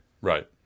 Right